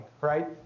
right